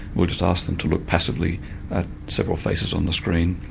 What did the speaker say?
we'll just ask them to look passively at several faces on the screen